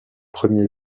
premier